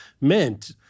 meant